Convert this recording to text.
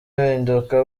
impinduka